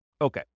Okay